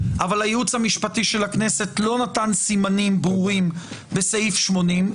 אבל הייעוץ המשפטי של הכנסת לא נתן סימנים ברורים בסעיף 80,